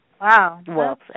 Wow